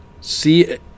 See